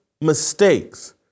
mistakes